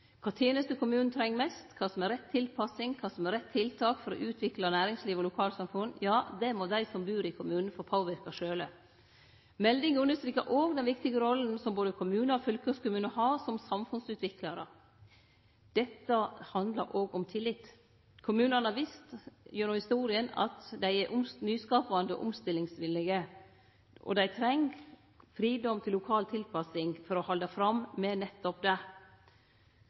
Kva tenester kommunen treng mest, kva som er rett tilpassing, kva som er rett tiltak for å utvikle næringsliv og lokalsamfunn – det må dei som bur i kommunen, sjølve få påverke. Meldinga understrekar òg den viktige rolla som både kommunar og fylkeskommunar har som samfunnsutviklarar. Dette handlar òg om tillit. Kommunane har vist gjennom historia at dei er nyskapande og omstillingsvillige. Dei treng fridom til lokal tilpassing for å halde fram med nettopp det. Utvikling i den statlege styringa under vekslande regjeringar viser at det